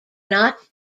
not